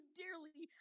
dearly